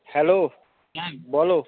hello বলো